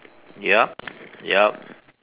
yup yup